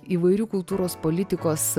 įvairių kultūros politikos